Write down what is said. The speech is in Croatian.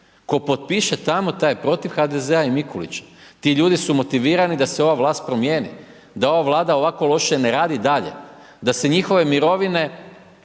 tko potpiše tamo, taj je protiv HDZ-a i Mikulića. Ti ljudi su motivirani da se ova vlast promijeni, da ova vlada ovako loše ne radi dalje, da se njihove mirovine,